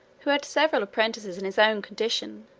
who had several apprentices in his own condition